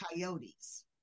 coyotes